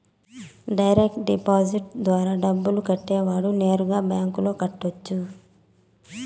direct deposit ద్వారా డబ్బు కట్టేవాడు నేరుగా బ్యాంకులో కట్టొచ్చు